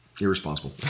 irresponsible